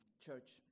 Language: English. church